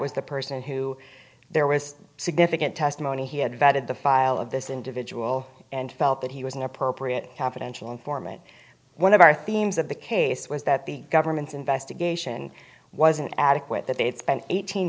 was the person who there was significant testimony he had vetted the file of this individual and felt that he was an appropriate confidential informant one of our themes of the case was that the government's investigation wasn't adequate that they had spent eighteen